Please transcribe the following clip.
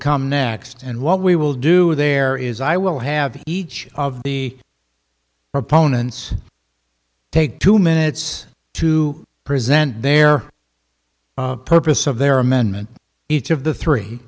come next and what we will do there is i will have each of the proponents take two minutes to present their purpose of their amendment each of the three